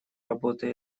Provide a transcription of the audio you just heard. работы